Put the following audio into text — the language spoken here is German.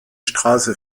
straße